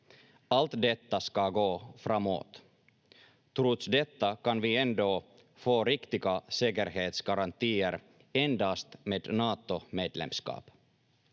Allt detta ska gå framåt. Trots detta kan vi ändå få riktiga säkerhetsgarantier endast med Natomedlemskap.